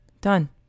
Done